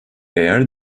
eğer